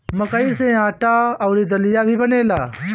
मकई से आटा अउरी दलिया भी बनेला